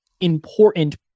important